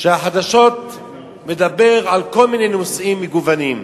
שהחדשות מדברות על כל מיני נושאים מגוונים,